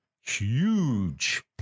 huge